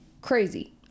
crazy